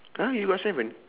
!huh! you got seven